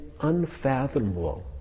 unfathomable